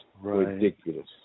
ridiculous